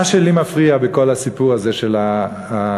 מה שלי מפריע בכל הסיפור הזה של התקציב